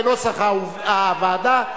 כנוסח הוועדה,